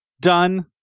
Done